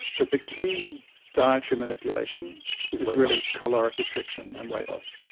but the key dietary manipulation is really caloric restriction and weight loss.